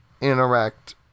interact